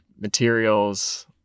materials